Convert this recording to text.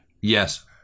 Yes